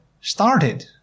started